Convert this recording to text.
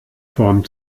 form